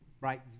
right